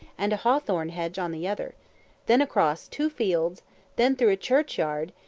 and a hawthorn hedge on the other then across two fields then through a churchyard,